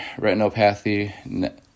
retinopathy